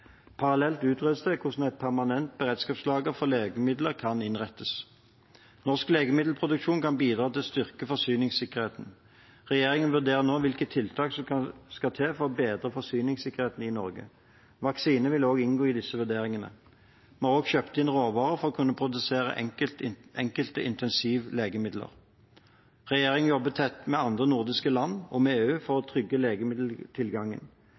Parallelt utredes det hvordan et permanent beredskapslager for legemidler kan innrettes. Norsk legemiddelproduksjon kan bidra til å styrke forsyningssikkerheten. Regjeringen vurderer nå hvilke tiltak som skal til for å bedre forsyningssikkerheten i Norge. Vaksiner vil også inngå i disse vurderingene. Vi har også kjøpt inn råvarer for å kunne produsere enkelte intensivlegemidler. Regjeringen jobber tett med andre nordiske land og med EU for å trygge legemiddeltilgangen.